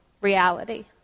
reality